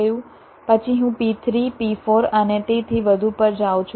પછી હું P3 P4 અને તેથી વધુ પર જાઉં છું